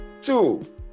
Two